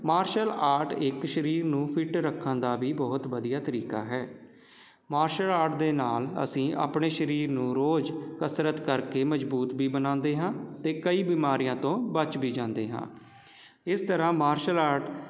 martial art ਇੱਕ ਸਰੀਰ ਨੂੰ ਫਿੱਟ ਰੱਖਣ ਦਾ ਵੀ ਬਹੁਤ ਵਧੀਆ ਤਰੀਕਾ ਹੈ ਮਾਰਸ਼ਲ ਆਰਟ ਦੇ ਨਾਲ਼ ਅਸੀਂ ਆਪਣੇ ਸਰੀਰ ਨੂੰ ਰੋਜ਼ ਕਸਰਤ ਕਰਕੇ ਮਜ਼ਬੂਤ ਵੀ ਬਣਾਉਂਦੇ ਹਾਂ ਅਤੇ ਕਈ ਬਿਮਾਰੀਆਂ ਤੋਂ ਬੱਚ ਵੀ ਜਾਂਦੇ ਹਾਂ ਇਸ ਤਰ੍ਹਾਂ ਮਾਰਸ਼ਲ ਆਰਟ